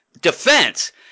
defense